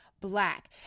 black